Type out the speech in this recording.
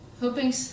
hoping